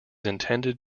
intended